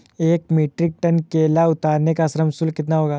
एक metric ton केला उतारने का श्रम शुल्क कितना होगा?